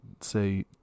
say